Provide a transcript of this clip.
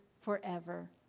forever